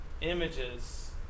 images